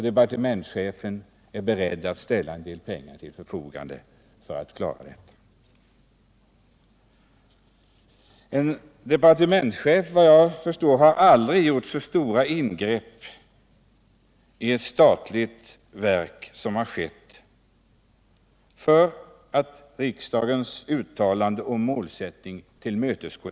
Departementschefen är också beredd att ställa en del pengar till förfogande för att klara denna målsättning. En departementschef har såvitt jag förstår aldrig gjort så stora ingrepp i ett statligt verk som vad som här har skett för att tillmötesgå riksdagens uttalade målsättning.